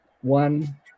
one